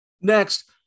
Next